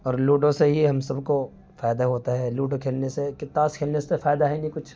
اور لوڈو سے ہی ہم سب کو فائدہ ہوتا ہے لوڈو کھیلنے سے کہ تاش کھیلنے سے فائدہ ہے نہیں کچھ